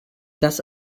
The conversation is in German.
das